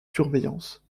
surveillance